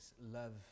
love